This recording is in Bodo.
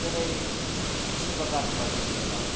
दिनै सोरबा गारजि मानसि फैयोबा